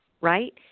right